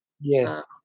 yes